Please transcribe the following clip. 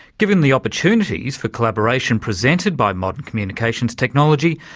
given the opportunities for collaboration presented by modern communications technology,